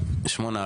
שמונה.